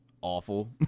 awful